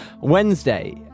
Wednesday